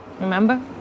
Remember